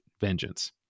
vengeance